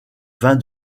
vin